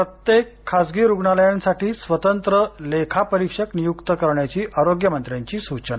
प्रत्येक खासगी रुग्णालयांसाठी स्वतंत्र लेखा परीक्षक नियुक्त करण्याची आरोग्य मंत्र्यांची सूचना